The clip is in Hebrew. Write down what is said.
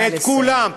את כולם,